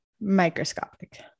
Microscopic